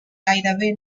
gairebé